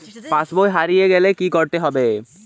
পাশবই হারিয়ে গেলে কি করতে হবে?